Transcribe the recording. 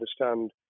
understand